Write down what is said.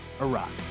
Iraq